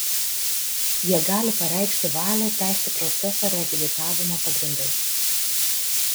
jie gali pareikšti valią tęsti procesą reabilitavimo pagrindais